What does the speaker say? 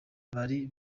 bari